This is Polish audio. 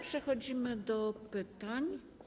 Przechodzimy do pytań.